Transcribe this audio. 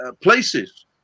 places